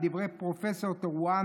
לדברי פרופ' טרואן,